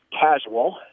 casual